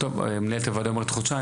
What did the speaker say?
טוב, מנהלת הוועדה אומרת חודשיים.